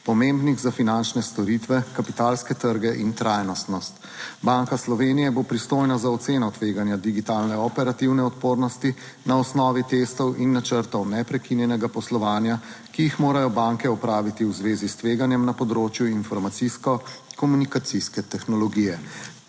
pomembnih za finančne storitve, kapitalske trge in trajnostnost. Banka Slovenije bo pristojna za oceno tveganja digitalne operativne odpornosti na osnovi testov in načrtov neprekinjenega poslovanja, ki jih morajo banke opraviti v zvezi s tveganjem na področju informacijsko komunikacijske tehnologije.